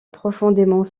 profondément